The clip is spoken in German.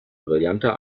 brillanter